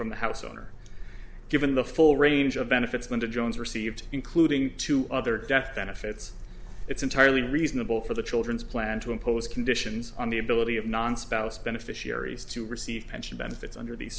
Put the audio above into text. from the house owner given the full range of benefits going to jones received including two other death benefits it's entirely reasonable for the children's plan to impose conditions on the ability of non spouse beneficiaries to receive pension benefits